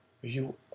You